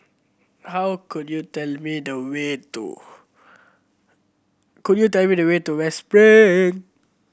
how could you tell me the way to could you tell me the way to West